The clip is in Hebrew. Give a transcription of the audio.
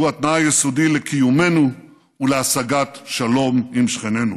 שהוא התנאי היסודי לקיומנו ולהשגת שלום עם שכנינו.